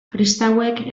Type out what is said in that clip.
kristauek